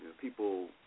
people